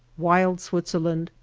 wild switzerland,